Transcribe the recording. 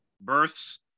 births